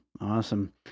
Awesome